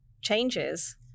changes